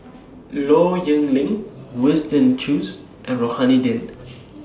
Low Yen Ling Winston Choos and Rohani Din